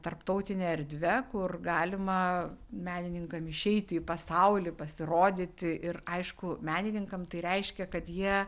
tarptautine erdve kur galima menininkam išeiti į pasaulį pasirodyti ir aišku menininkam tai reiškia kad jie